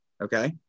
Okay